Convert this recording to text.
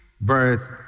verse